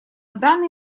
данный